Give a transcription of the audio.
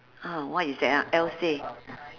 uh what is that ah else day